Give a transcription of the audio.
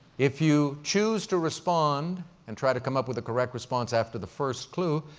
if you choose to respond and try to come up with a correct response after the first clue,